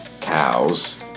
cows